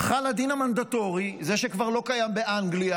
חל הדין המנדטורי, זה שכבר לא קיים באנגליה,